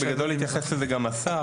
בגדול התייחס לזה גם השר,